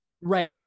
right